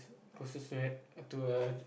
closest to a